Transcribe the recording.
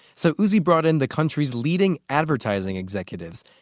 so uzi brought in the country's leading advertising executives,